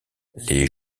les